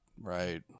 Right